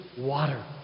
water